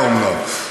האומנם.